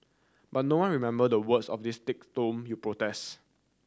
but no one remember the words of this thick tome you protest